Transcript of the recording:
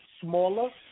smaller